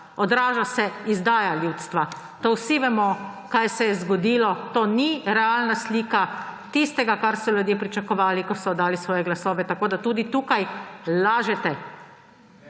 odraža se izdaja ljudstva. Vsi vemo, kaj se je zgodilo, to ni realna slika tistega, kar so ljudje pričakovali, ko so oddali svoje glasove. Tako da tudi tukaj lažete